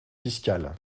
fiscal